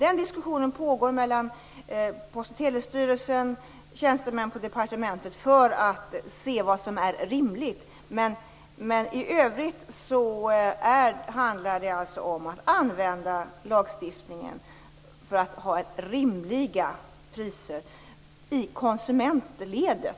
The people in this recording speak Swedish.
En diskussion pågår mellan Post och telestyrelsen och tjänstemän på departementet för att se vad som är rimligt. Men i övrigt handlar det om att tillämpa lagstiftningen för att få rimliga priser i konsumentledet.